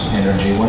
energy